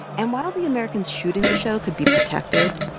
and while the americans shooting the show could be protected,